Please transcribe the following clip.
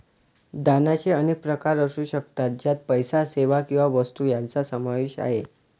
दानाचे अनेक प्रकार असू शकतात, ज्यात पैसा, सेवा किंवा वस्तू यांचा समावेश आहे